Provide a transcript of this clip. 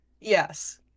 Yes